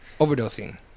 overdosing